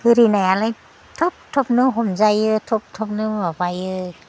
गोरि नायालाय थब थबनो हमजायो थब थबनो माबायो